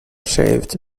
saved